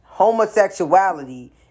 homosexuality